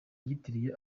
yitiriye